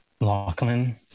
Lachlan